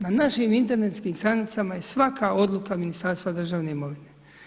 Na našim internetskim stranicama je svaka odluka Ministarstva državne imovine.